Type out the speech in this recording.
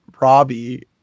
Robbie